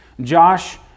Josh